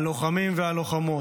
הלוחמים והלוחמות: